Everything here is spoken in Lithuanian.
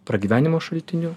pragyvenimo šaltiniu